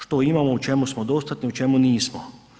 Što imamo, u čemu smo dostatni, u čemu nismo.